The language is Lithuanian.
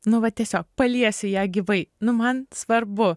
nu vat tiesiog paliesiu ją gyvai nu man svarbu